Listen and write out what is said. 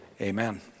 Amen